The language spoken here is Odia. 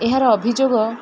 ଏହାର ଅଭିଯୋଗ